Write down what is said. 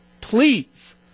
Please